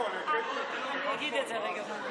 להגיד את זה מפה?